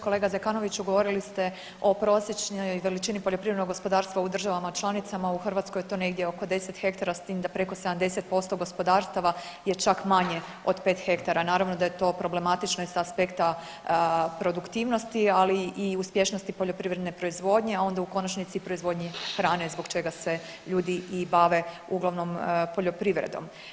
Kolega Zekanoviću, govorili ste o prosječnoj veličini poljoprivrednog gospodarstva u državama članicama, u Hrvatskoj je to negdje oko 10 hektara s tim da preko 70% gospodarstava je čak manje od 5 hektara, naravno da je to problematično i sa aspekta produktivnosti, ali i uspješnosti poljoprivredne proizvodnje, a onda u konačnici i proizvodnje hrane zbog čega se ljudi i bave uglavnom poljoprivredom.